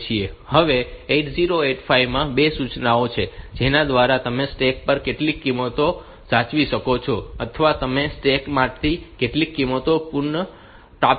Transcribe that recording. હવે 8085 માં 2 સૂચનાઓ છે જેના દ્વારા તમે સ્ટેક પર કેટલીક કિંમતો સાચવી શકો છો અથવા તમે સ્ટેક માંથી કેટલીક કિંમતો પુનઃપ્રાપ્ત કરી શકો છો